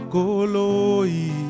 Koloi